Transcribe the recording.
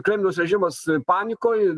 kremliaus režimas panikoj